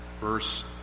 verse